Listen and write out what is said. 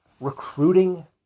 recruiting